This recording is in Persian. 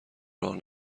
راه